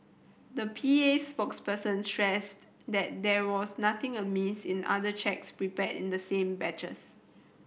the P A spokesperson stressed that there was nothing amiss in the other cheques prepared in the same batches